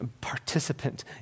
participant